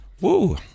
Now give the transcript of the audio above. woo